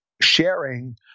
sharing